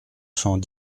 cent